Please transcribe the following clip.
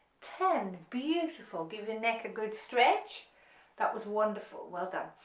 ten, beautiful give your neck a good stretch that was wonderful well done,